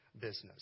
business